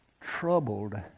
troubled